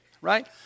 right